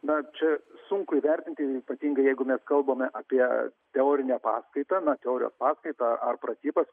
na čia sunku įvertinti ypatingai jeigu mes kalbame apie teorinę paskaitą na teorijos paskaitą ar pratybas